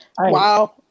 Wow